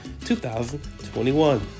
2021